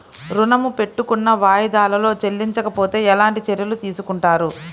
ఋణము పెట్టుకున్న వాయిదాలలో చెల్లించకపోతే ఎలాంటి చర్యలు తీసుకుంటారు?